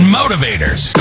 motivators